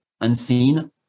unseen